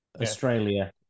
Australia